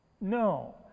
no